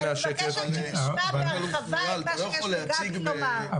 אני מבקשת שנשמע בהרחבה את מה שיש לגבי לומר.